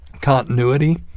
continuity